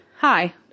Hi